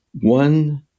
one